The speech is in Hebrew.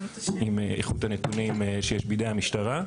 עם איכות הנתונים שיש בידי המשטרה.